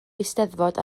eisteddfod